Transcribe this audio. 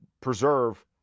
preserve